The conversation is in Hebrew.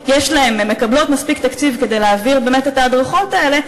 מקבלות מספיק תקציב להעביר את ההדרכות האלה,